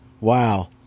Wow